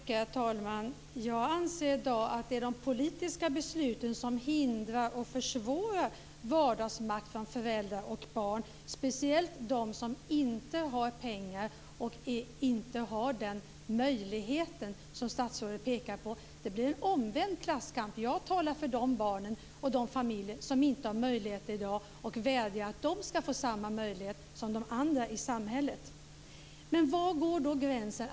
Herr talman! Jag anser i dag att det är de politiska besluten som hindrar och försvårar vardagsmakt åt föräldrar och barn, speciellt dem som inte har pengar och inte har den möjligheten, som statsrådet pekar på. Det blir en omvänd klasskamp. Jag talar för de barn och de familjer som inte har möjligheter i dag och vädjar att de ska få samma möjligheter som de andra i samhället. Men var går då gränsen?